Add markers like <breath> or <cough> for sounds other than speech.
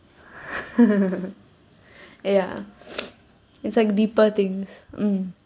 <laughs> ya <breath> it's like deeper things mm